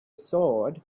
sword